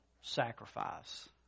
sacrifice